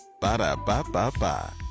Ba-da-ba-ba-ba